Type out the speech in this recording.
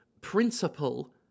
principle